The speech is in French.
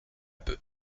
peu